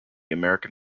american